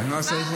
מזל טוב.